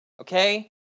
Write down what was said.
okay